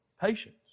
Patience